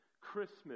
Christmas